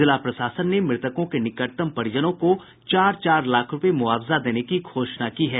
जिला प्रशासन ने मृतकों के निकटतम परिजनों को चार चार लाख रूपये मुआवजा देने की घोषणा की है